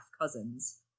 cousins